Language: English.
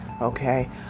okay